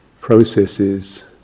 processes